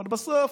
אבל בסוף,